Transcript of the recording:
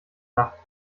nacht